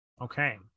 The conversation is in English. Okay